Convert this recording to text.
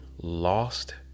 lost